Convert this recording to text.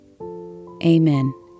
Amen